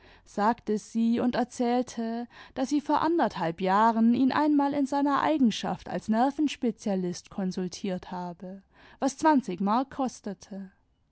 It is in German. sagte sie und erzählte daß sie vor anderthalb jahren ihn einmal in seiner eigenschaft als nervenspezialist konsultiert habe was zwanzig mark kostete